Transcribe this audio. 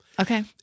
Okay